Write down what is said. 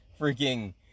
freaking